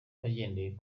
bagendeye